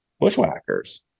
bushwhackers